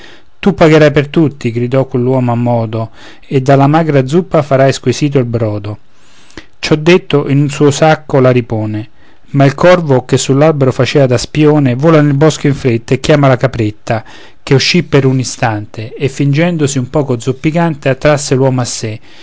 tu pagherai per tutti gridò quell'uomo a modo e della magra zuppa farai squisito il brodo ciò detto in un suo sacco la ripone ma il corvo che sull'albero faceva da spione vola nel bosco in fretta e chiama la capretta che uscì per un istante e fingendosi un poco zoppicante attrasse l'uomo a sé